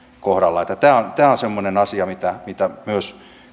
kohdalla tämä on semmoinen asia mitä mitä myös